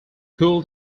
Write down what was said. cool